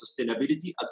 sustainability